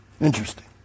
Interesting